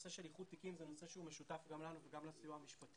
נושא של איחוד תיקים הוא נושא שהוא משותף גם לנו וגם לסיוע המשפטי.